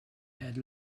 had